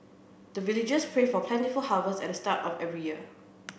the villagers pray for plentiful harvest at the start of every year